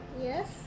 Yes